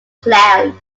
clown